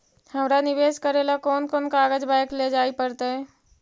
हमरा निवेश करे ल कोन कोन कागज बैक लेजाइ पड़तै?